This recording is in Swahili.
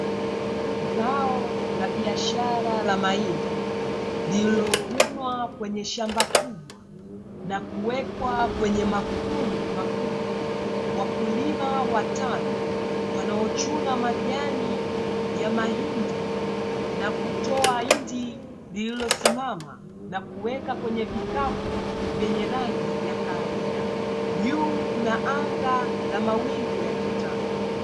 Zao la biashara la mahidi, lililovunwa kwenye shamba kubwa na kuwekwa kwenye mafungu makubwa, wakulima watano wanaochuna majani ya mahindi nakutoa hindi lililosimama na kuweka kwenye vikapu vyenye rangi ya kahawia, juu kuna anga na mawingu yaliyo tanda.